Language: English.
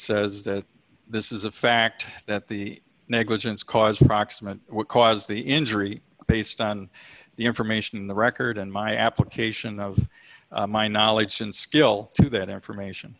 says that this is a fact that the negligence caused proximate cause the injury based on the information in the record and my application of my knowledge and skill to that information